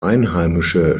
einheimische